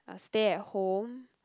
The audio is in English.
uh stay at home